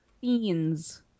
Fiends